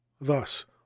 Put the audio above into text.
Thus